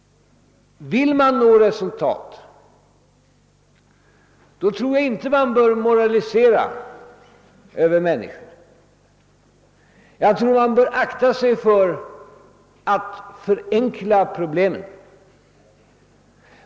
Om man vill nå resultat skall man inte moralisera över människor, och jag tror man bör akta sig för att förenkla problemen.